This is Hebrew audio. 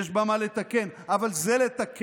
יש בה מה לתקן, אבל זה לתקן?